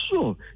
sure